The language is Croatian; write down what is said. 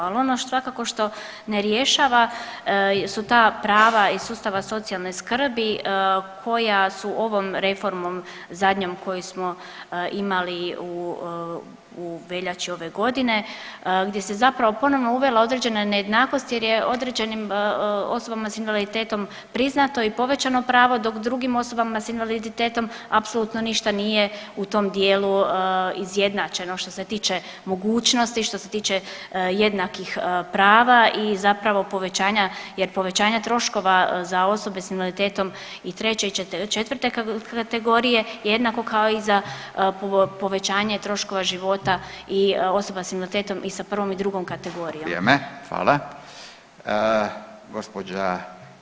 Ali ono svakako što ne rješava su ta prava iz sustava socijalne skrbi koja su ovom reformom zadnjom kojom smo imali u veljači ove godine gdje se zapravo ponovno uvela određena nejednakost jer je određenim osobama s invaliditetom priznato i povećano pravo dok drugim osobama s invaliditetom apsolutno ništa nije u tom dijelu izjednačeno što se tiče mogućnost, što se tiče jednakih prava i zapravo povećanja jer povećanja troškova za osobe s invaliditetom i treće i četvrte kategorije jednako kao i za povećanje troškova života i osobe s invaliditetom i sa prvom i drugom kategorijom.